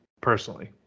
personally